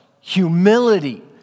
humility